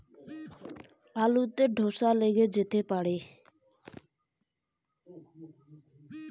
আলু চাষে আবহাওয়ার তাপমাত্রা বাড়লে ও সেতসেতে হলে আলুতে কী প্রভাব ফেলবে?